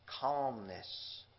Calmness